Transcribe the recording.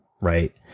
right